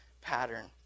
pattern